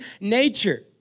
nature